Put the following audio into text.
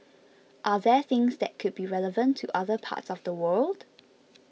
are there things that could be relevant to other parts of the world